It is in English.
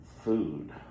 food